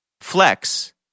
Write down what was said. Flex